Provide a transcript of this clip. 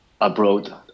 abroad